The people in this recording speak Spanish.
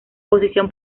posición